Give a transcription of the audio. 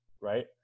right